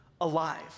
alive